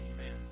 amen